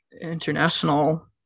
international